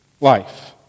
life